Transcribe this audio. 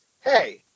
hey